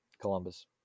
Columbus